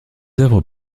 œuvres